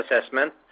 assessment